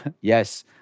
yes